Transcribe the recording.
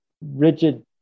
rigid